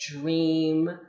dream